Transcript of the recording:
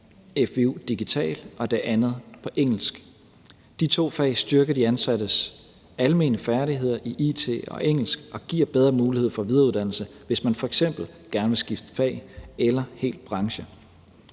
fvu-digital og det andet fvu-engelsk. De to fag styrker de ansattes almene færdigheder i it og engelsk og giver bedre muligheder for videreuddannelse, hvis man f.eks. gerne vil skifte fag eller helt branche.